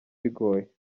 bigoye